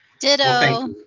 Ditto